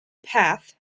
path